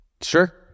Sure